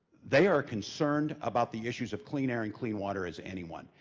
they are concerned about the issues of clean air and clean water as anyone.